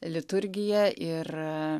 liturgija ir